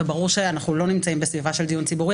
וברור שאנחנו לא נמצאים בסביבה של דיון ציבורי.